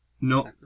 No